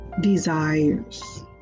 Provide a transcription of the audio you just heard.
desires